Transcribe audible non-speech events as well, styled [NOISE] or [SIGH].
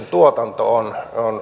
[UNINTELLIGIBLE] tuotanto on